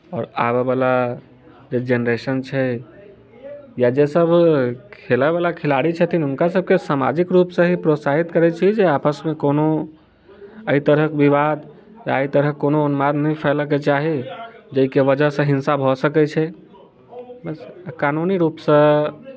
आओर आबयवला जे जेनरेशन छै या जेसभ खेलयवला खेलाड़ी छथिन हुनकासभके सामाजिक रूपसँ ही प्रोत्साहित करैत छी जे आपसमे कोनो एहि तरहक विवाद या एहि तरहक कोनो उन्माद नहि फैलयके चाही जाहिके वजहसँ हिंसा भऽ सकैत छै बस कानूनी रूपसँ